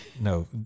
no